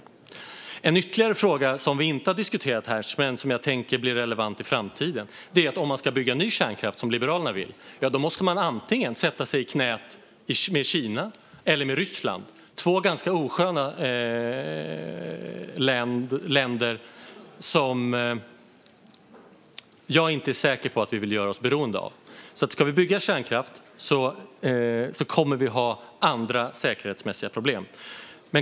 Det finns en ytterligare fråga, som vi inte har diskuterat här men som jag tänker blir relevant i framtiden: Om man ska bygga ny kärnkraft, som Liberalerna vill, måste man antingen sätta sig i knät på Kina eller på Ryssland - två ganska osköna länder som jag inte är säker på att vi vill göra oss beroende av. Om vi ska bygga kärnkraft kommer vi alltså att ha andra säkerhetsmässiga problem.